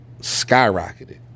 skyrocketed